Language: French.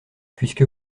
puisque